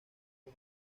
con